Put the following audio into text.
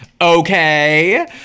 Okay